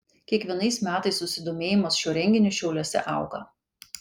kiekvienais metais susidomėjimas šiuo renginiu šiauliuose auga